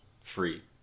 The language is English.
free